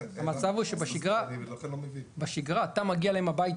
המצב הוא שבשגרה אתה מגיע אליהם הביתה.